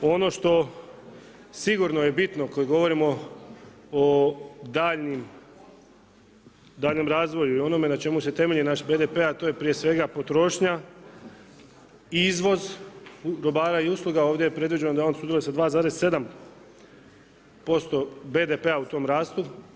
Ono što sigurno je bitno kad govorimo o daljnjem razvoju i onome na čemu se temelji naš BDP a to je prije svega potrošnja, izvoz dobara i usluga, ovdje predviđeno da on sudjeluje sa 2,7 BDP-a u tom rashodu.